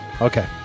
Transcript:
okay